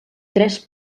tres